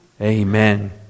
Amen